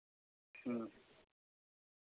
ᱦᱮᱸ